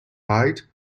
ride